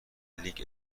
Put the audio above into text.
لیگ